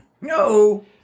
No